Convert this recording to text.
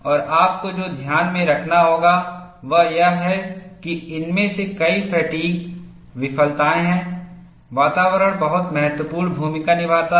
और आपको जो ध्यान में रखना होगा वह यह है कि इनमें से कई फ़ैटिग् विफलताएं हैं वातावरण बहुत महत्वपूर्ण भूमिका निभाता है